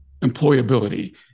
employability